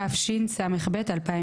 התשס"ב 2002"